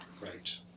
Right